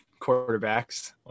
Quarterbacks